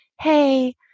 hey